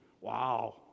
Wow